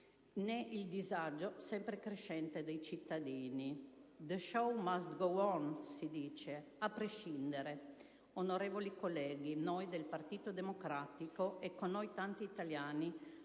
né il disagio sempre crescente dei cittadini. «*The* *show must go on*», si dice, a prescindere. Onorevoli colleghi, noi del Partito Democratico, e con noi tanti italiani,